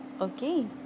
okay